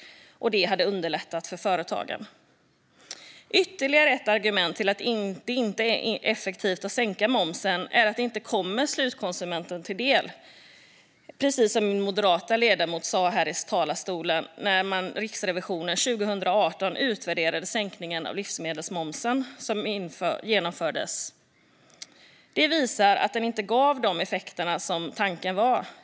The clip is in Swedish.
Detta hade underlättat för företagen. Ytterligare ett argument för att det inte är effektivt att sänka momsen är att det inte kommer slutkonsumenten till del, precis som den moderata ledamoten sa här i talarstolen. När Riksrevisionen 2018 utvärderade den sänkning av livsmedelsmomsen som genomfördes visade det sig att sänkningen inte gav de effekter som det var tänkt att den skulle ge.